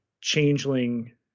changeling